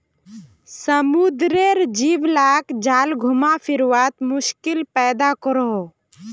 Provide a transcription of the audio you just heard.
समुद्रेर जीव लाक जाल घुमा फिरवात मुश्किल पैदा करोह